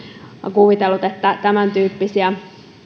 kuvitellut että tämäntyyppisiä